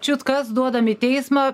čiut kas duodam į teismą